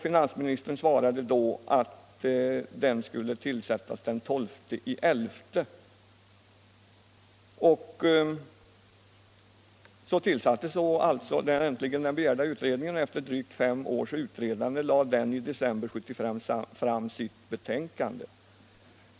Finansministern svarade då att utredningen skulle tillsättas den 12 november. Så tillsattes äntligen den begärda utredningen, och efter drygt fyra års utredande lade den i december 1975 fram sitt betänkande.